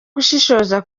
gushishoza